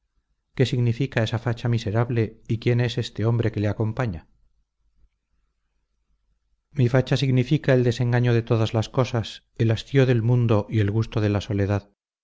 qué significa esa facha miserable y quién es este hombre que le acompaña mi facha significa el desengaño de todas las cosas el hastío del mundo y el gusto de la soledad